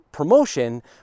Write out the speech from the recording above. Promotion